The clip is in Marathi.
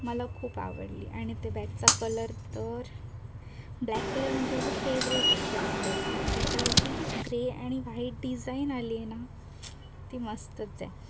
मला खूप आवडली आणि ते बॅगचा कलर तर ब्लॅक कलर म्हणजे माझा फेव्हरेट आहे खरं तर आणि त्याच्यावरची ग्रे आणि व्हाईट डिझाईन आली आहे ना ती मस्तच आहे